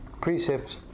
precepts